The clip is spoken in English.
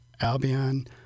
Albion